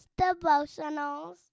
devotionals